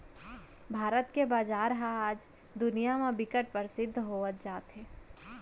भारत के बजार ह आज दुनिया म बिकट परसिद्ध होवत जात हे